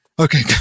Okay